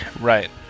Right